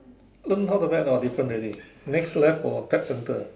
learn how to vet or different already next left for pet centre